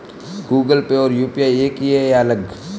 Google Pay और UPI एक ही है या अलग?